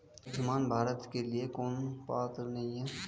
आयुष्मान भारत के लिए कौन पात्र नहीं है?